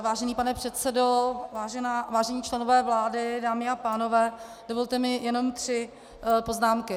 Vážený pane předsedo, vážení členové vlády, dámy a pánové, dovolte mi jenom tři poznámky.